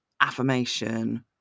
affirmation